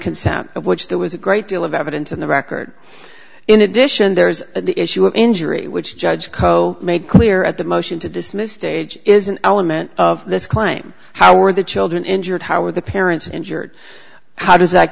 consent which there was a great deal of evidence in the record in addition there is the issue of injury which judge co made clear at the motion to dismiss stage is an element of this claim how are the children injured how are the parents injured how does that